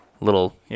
little